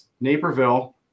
Naperville